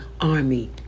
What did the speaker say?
army